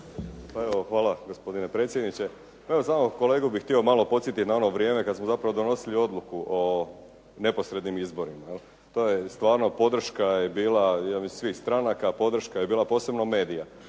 Pa evo, hvala gospodine predsjedniče. Evo, samo kolegu bih htio malo podsjetiti na ono vrijeme kad smo zapravo donosili odluku o neposrednim izborima. To stvarno podrška je bila svih stranaka, podrška je bila posebno medija.